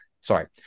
sorry